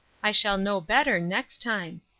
i shall know better next time.